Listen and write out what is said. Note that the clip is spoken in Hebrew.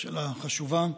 שאלה חשובה.